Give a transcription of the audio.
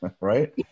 right